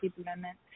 Amendment